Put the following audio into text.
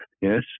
yes